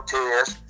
Tears